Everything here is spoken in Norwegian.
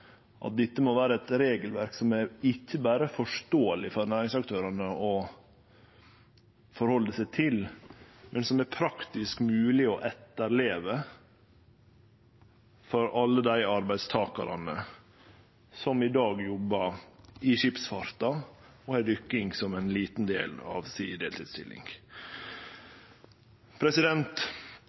at dette må vere eit regelverk som ikkje berre er forståeleg for næringsaktørane, til å rette seg etter, men som er praktisk mogleg å etterleve for alle dei arbeidstakarane som i dag jobbar i skipsfarta og har dykking som ein liten del av deltidsstillinga si.